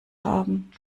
haben